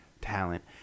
talent